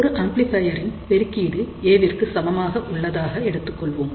ஒரு ஆம்ப்ளிபையர் இன் பெருக்கீடு A விற்கு சமமாக உள்ளதாக எடுத்துக் கொள்வோம்